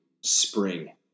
spring